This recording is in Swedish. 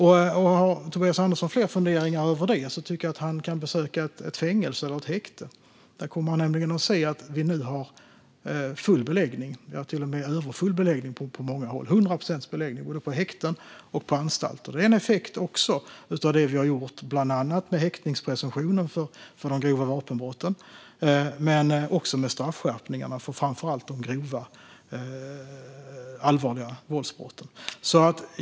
Har Tobias Andersson fler funderingar över det tycker jag att han kan besöka ett fängelse eller ett häkte. Då kommer han nämligen att se att vi nu har full beläggning. Vi har till och med överfull beläggning på många håll. Det är 100 procents beläggning både på häkten och på anstalter. Det är en effekt av det vi har gjort med häktningspresumtionen för de grova vapenbrotten men också med straffskärpningarna för framför allt de grova, allvarliga våldsbrotten.